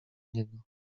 niego